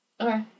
Okay